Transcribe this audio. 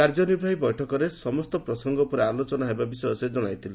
କାର୍ଯ୍ୟନିର୍ବାହୀ ବୈଠକରେ ସମସ୍ତ ପ୍ରସଙ୍ଗ ଉପରେ ଆଲୋଚନା ହେବା ବିଷୟରେ ଜଣାଇଥିଲେ